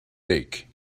lake